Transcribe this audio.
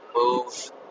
move